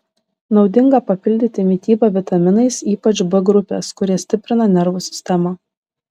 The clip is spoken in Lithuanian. naudinga papildyti mitybą vitaminais ypač b grupės kurie stiprina nervų sistemą